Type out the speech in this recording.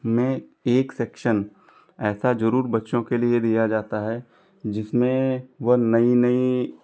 में एक सेक्शन ऐसा ज़रूर बच्चों के लिए दिया जाता है जिसमें वह नई नई